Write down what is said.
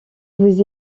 vous